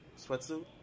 sweatsuit